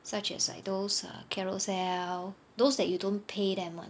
such as like those uh Carousell those that you don't pay them [one]